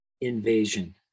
invasion